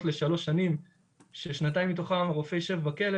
לשלוש שנים כששנתיים מתוכן הרופא יישב בכלא,